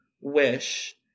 wish